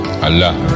Allah